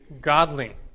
godly